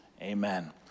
Amen